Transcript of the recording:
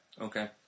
okay